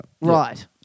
Right